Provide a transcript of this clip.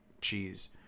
cheese